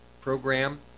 program